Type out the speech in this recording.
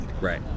Right